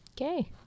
Okay